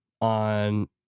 on